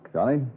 Johnny